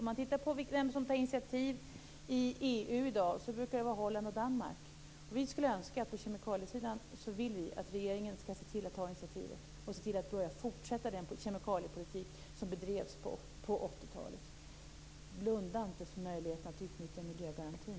Om vi ser på vilka som tar initiativet i EU i dag ser vi att det brukar vara Holland eller Danmark. Vi skulle önska att regeringen såg till att ta initiativet på kemikaliesidan, och fortsätta den kemikaliepolitik som bedrevs på 1980-talet. Blunda inte för möjligheten att utnyttja miljögarantin.